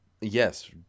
Yes